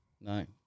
no